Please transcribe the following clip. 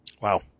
Wow